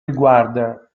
riguarda